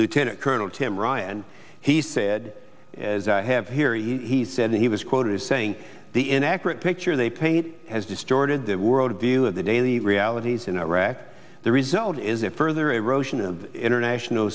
lieutenant colonel tim ryan he said as i have here he said he was quoted as saying the inaccurate picture they paint has distorted the worldview of the daily realities in iraq the result is a further erosion of international